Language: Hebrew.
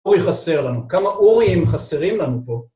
אורי חסר לנו, כמה אורים חסרים לנו פה.